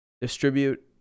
Distribute